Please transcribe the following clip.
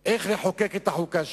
איך לחוקק את החוקה שלנו,